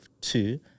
two